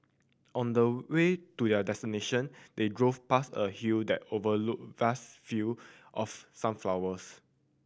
on the way to their destination they drove past a hill that overlooked vast field of sunflowers